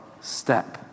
step